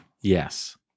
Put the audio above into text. Yes